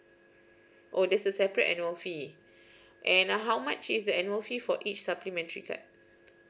oh that's a separate annual fee and how much is the annual fee for each supplementary card